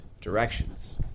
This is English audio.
directions